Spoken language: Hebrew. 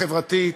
החברתית,